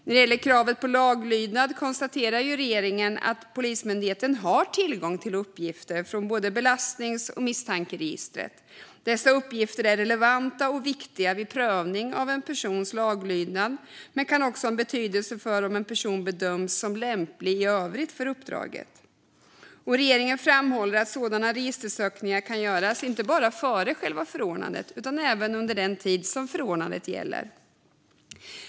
När det gäller kravet på laglydnad konstaterar regeringen att Polismyndigheten har tillgång till uppgifter från både belastnings och misstankeregistret. Dessa uppgifter är relevanta och viktiga vid prövning av en persons laglydnad men kan också ha betydelse för om en person bedöms som lämplig i övrigt för uppdraget. Regeringen framhåller att sådana registersökningar kan göras inte bara före själva förordnandet utan även under den tid som förordnandet gäller.